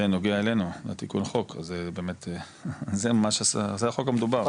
זה נוגע אלינו לתיקון החוק, אז זה החוק המדובר.